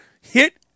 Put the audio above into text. hit